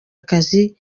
akazi